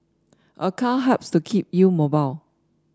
a car helps to keep you mobile